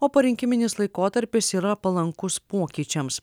o porinkiminis laikotarpis yra palankus pokyčiams